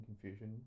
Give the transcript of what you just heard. confusion